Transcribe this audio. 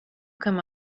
come